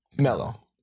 mellow